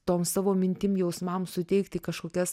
tom savo mintim jausmam suteikti kažkokias